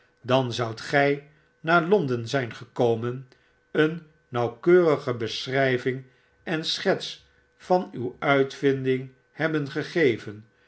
dan zoudt gij naar londen zijn gekomen een nauwkeurige beschrijving en schets van uw uitvinding hebben gegeven